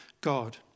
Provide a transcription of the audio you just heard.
God